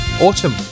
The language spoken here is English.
autumn